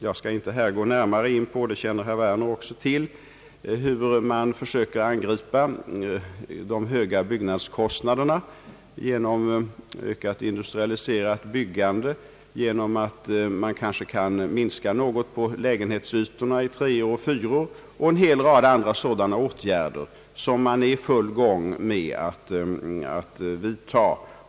Jag skall inte här gå närmare in på — herr Werner känner till saken — hur man försöker angripa de höga byggnadskostnaderna genom ökat industrialiserat byggande, genom att man kanske kan minska något på lägenhetsytorna i trerumsoch fyrarumslägenheter och en hel rad andra sådana åtgärder, som man är i full färd med att vidtaga.